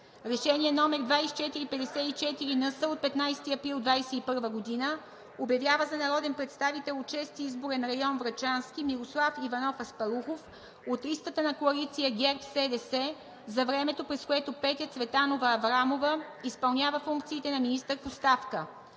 Решение № 2454-НС, София, 15 април 2021 г. – „Обявява за народен представител от Шести изборен район – Врачански, Мирослав Иванов Аспарухов, с ЕГН …, от листата на коалиция ГЕРБ-СДС, за времето, през което Петя Цветанова Аврамова изпълнява функциите на министър в оставка.“